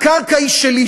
הקרקע היא שלי.